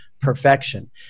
perfection